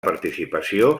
participació